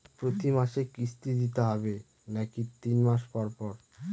প্রতিমাসে কিস্তি দিতে হবে নাকি তিন মাস পর পর?